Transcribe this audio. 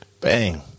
bang